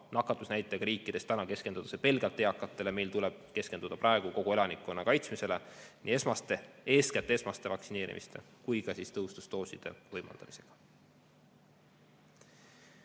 nakatumisnäitajaga riikides keskendutakse pelgalt eakatele. Meil tuleb keskenduda praegu kogu elanikkonna kaitsmisele, eeskätt esmase vaktsineerimisega ja ka tõhustusdooside võimaldamisega.